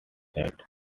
side